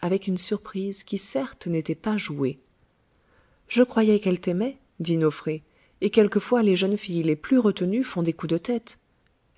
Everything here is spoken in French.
avec une surprise qui certes n'était pas jouée je croyais qu'elle t'aimait dit nofré et quelquefois les jeunes filles les plus retenues font des coups de tête